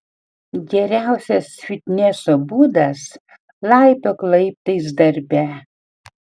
geriausias fitneso būdas laipiok laiptais darbe